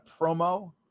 promo